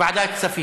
ועדת כספים.